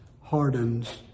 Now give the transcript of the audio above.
hardens